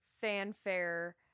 fanfare